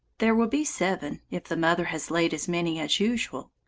there will be seven, if the mother has laid as many as usual.